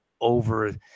over